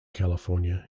california